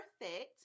perfect